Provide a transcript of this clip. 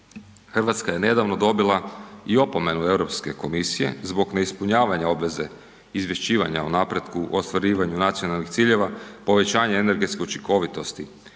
Hrvatska je nedavno dobila i opomenu Europske komisije zbog neispunjavanja obveze izvješćivanja o napretku u ostvarivanju nacionalnih ciljeva, povećanje energetske učinkovitosti.